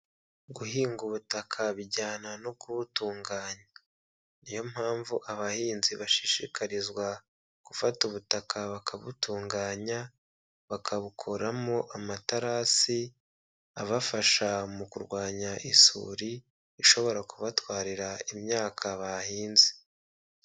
Guhinga ubutaka bijyana no kubutunganya, ni yo mpamvu abahinzi bashishikarizwa gufata ubutaka bakabutunganya bakabukuramo amatarasi, abafasha mu kurwanya isuri, ishobora kubatwarira imyaka bahinze.